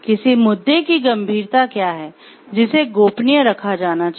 किसी मुद्दे की गंभीरता क्या है जिसे गोपनीय रखा जाना चाहिए